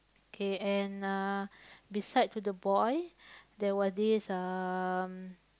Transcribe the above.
okay and uh beside to the boy there was this um